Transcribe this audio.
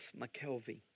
McKelvey